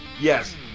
yes